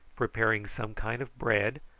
preparing some kind of bread,